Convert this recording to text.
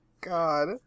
God